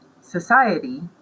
Society